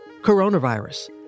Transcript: coronavirus